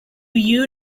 you